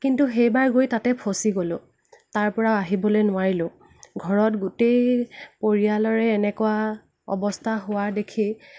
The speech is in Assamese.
কিন্তু সেইবাৰ গৈ তাতে ফচি গ'লোঁ তাৰ পৰা আহিবলৈ নোৱাৰিলোঁ ঘৰত গোটেই পৰিয়ালৰে এনেকুৱা অৱস্থা হোৱা দেখি